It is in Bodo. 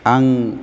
आं